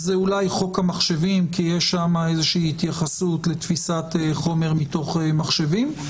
אולי חוק המחשבים כי יש שם איזושהי התייחסות לתפיסת חומר מתוך מחשבים,